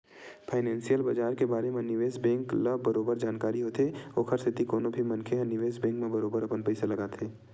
financial बजार के बारे म निवेस बेंक ल बरोबर जानकारी होथे ओखर सेती कोनो भी मनखे ह निवेस बेंक म बरोबर अपन पइसा लगाथे